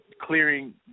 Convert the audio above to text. clearing